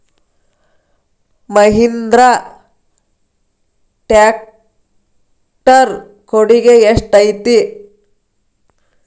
Mahindra tractor ಕೊಡುಗೆ ಎಷ್ಟು ಐತಿ?